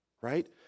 Right